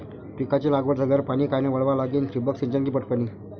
पिकाची लागवड झाल्यावर पाणी कायनं वळवा लागीन? ठिबक सिंचन की पट पाणी?